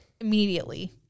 immediately